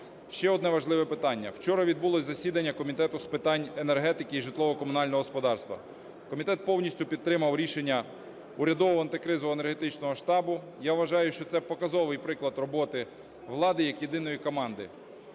Ще одне важливе питання. Вчора відбулося засідання Комітету з питань енергетики і житлово-комунального господарства. Комітет повністю підтримав рішення урядового антикризового енергетичного штабу. Я вважаю, що це показовий приклад роботи влади як єдиної команди.